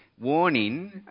warning